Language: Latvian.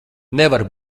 nevar